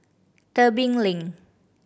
Tebing Lane